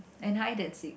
and hide and seek